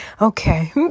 okay